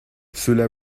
cela